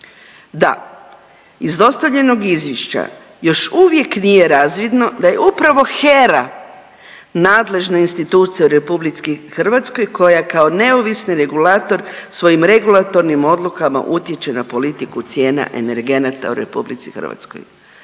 Da iz dostavljenog izvješća još uvijek nije razvidno da je upravo HERA nadležna institucija u RH koja kao neovisni regulator svojim regulatornim odlukama utječe na politiku cijena energenta u RH.